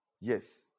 yes